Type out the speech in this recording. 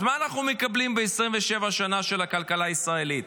אז מה אנחנו מקבלים ב-27 שנה של הכלכלה הישראלית?